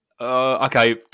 okay